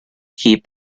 key